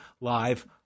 live